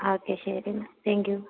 okay ശരി എന്നാൽ thank U